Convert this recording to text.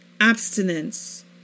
abstinence